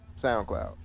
soundcloud